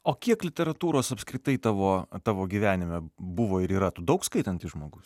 o kiek literatūros apskritai tavo tavo gyvenime buvo ir yra tu daug skaitantis žmogus